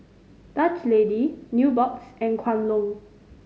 Dutch Lady Nubox and Kwan Loong